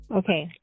Okay